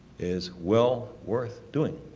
is well worth doing.